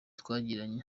twagiranye